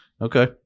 Okay